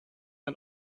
ein